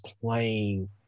playing